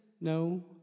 no